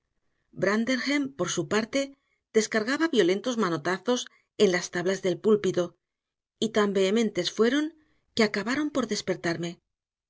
branderham por su parte descargaba violentos manotazos en las tablas del púlpito y tan vehementes fueron que acabaron por despertarme